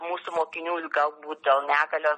mūsų mokinių ir galbūt dėl negalios